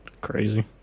Crazy